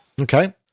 Okay